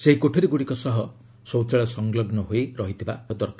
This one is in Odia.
ସେହି କୋଠରିଗୁଡ଼ିକ ସହ ଶୌଚାଳୟ ସଂଲଗ୍ନ ହୋଇ ରହିଥିବା ଦରକାର